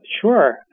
sure